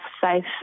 safe